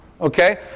Okay